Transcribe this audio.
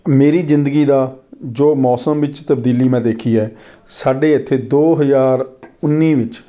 ਮੇਰੀ ਜ਼ਿੰਦਗੀ ਦਾ ਜੋ ਮੌਸਮ ਵਿੱਚ ਤਬਦੀਲੀ ਮੈਂ ਦੇਖੀ ਹੈ ਸਾਡੇ ਇੱਥੇ ਦੋ ਹਜ਼ਾਰ ਉੱਨੀ ਵਿੱਚ